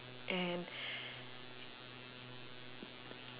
and